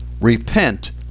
repent